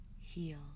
heal